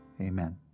Amen